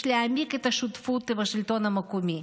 יש להעמיק את השותפות עם השלטון המקומי.